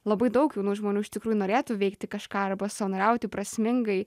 labai daug jaunų žmonių iš tikrųjų norėtų veikti kažką arba savanoriauti prasmingai